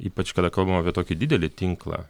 ypač kada kalbam apie tokį didelį tinklą